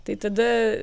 tai tada